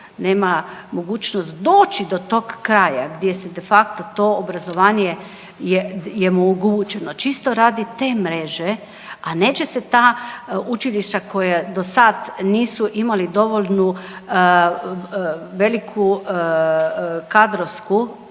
nema mogućnost doći do tog kraja gdje se de facto to obrazovanje je omogućeno, čisto radi te mreže, a neće se ta učilišta koja do sad nisu imali dovoljnu veliku kadrovsku